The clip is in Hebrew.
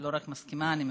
ולא רק מסכימה, אני מברכת.